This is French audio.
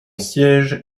siège